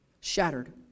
shattered